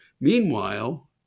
Meanwhile